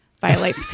violate